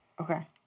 Okay